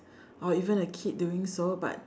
or even a kid doing so but